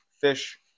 fish